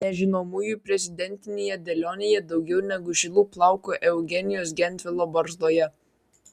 nežinomųjų prezidentinėje dėlionėje daugiau negu žilų plaukų eugenijaus gentvilo barzdoje